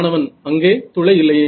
மாணவன் அங்கே துளை இல்லையே